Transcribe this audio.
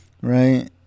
Right